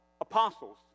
apostles